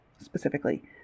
specifically